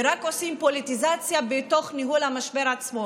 ורק עושים פוליטיזציה בתוך ניהול המשבר עצמו.